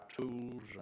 tools